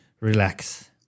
Relax